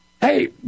hey